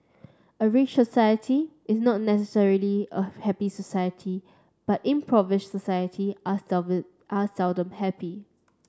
a rich society is not necessarily a happy society but impoverished society are are seldom happy